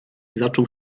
zaczął